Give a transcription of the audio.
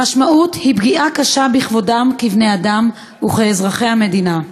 המשמעות היא פגיעה קשה בכבודם כבני-אדם וכאזרחי המדינה.